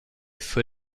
für